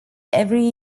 every